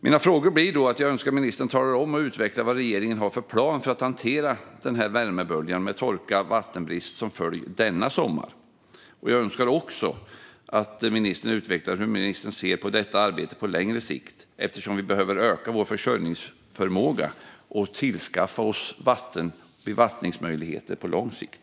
Jag önskar att ministern talar om och utvecklar vad regeringen har för plan för att hantera denna värmebölja med torka och vattenbrist som följd denna sommar. Jag önskar också att ministern utvecklar hur han ser på detta arbete på längre sikt, eftersom vi behöver öka vår försörjningsförmåga och skaffa bevattningsmöjligheter på lång sikt.